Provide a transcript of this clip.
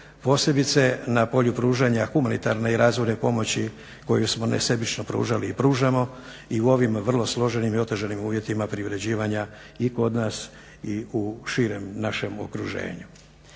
posebice na polju pružanja humanitarne i razvojne pomoći koju smo nesebično pružali i pružamo i u ovim vrlo složenim i otežanim uvjetima privređivanja i kod nas i u širem našem okruženju.